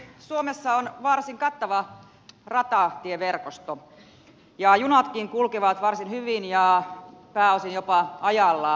suomessa on varsin kattava rautatieverkosto ja junatkin kulkevat varsin hyvin ja pääosin jopa ajallaan